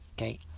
Okay